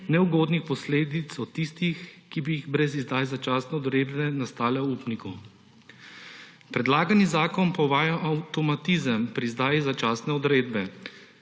neugodnih posledic od tistih, ki bi brez izdaje začasne odredbe nastale upniku. Predlagani zakon pa uvaja avtomatizem pri izdaji začasne odredbe.